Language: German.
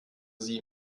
sie